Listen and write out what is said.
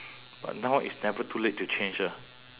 but now it's never too late to change ah